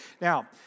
Now